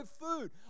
food